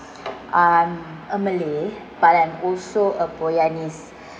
I'm a malay but I'm also a boyanese